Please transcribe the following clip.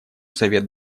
совет